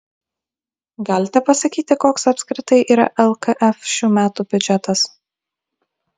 galite pasakyti koks apskritai yra lkf šių metų biudžetas